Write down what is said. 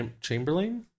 Chamberlain